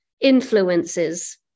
influences